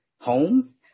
home